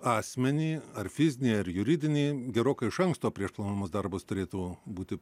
asmenį ar fizinį ar juridinį gerokai iš anksto prieš planuojamus darbus turėtų būti